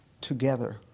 together